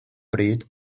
bryd